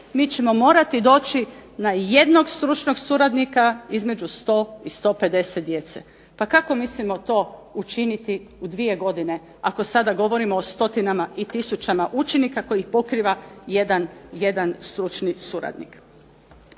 mi ćemo morati doći na jednog stručnog suradnika između 100 i 150 djece. Pa kako mislimo to učiniti u 2 godine ako sada govorimo o stotinama i tisućama učenika kojih pokriva jedan stručni suradnik?